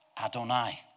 Adonai